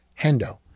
Hendo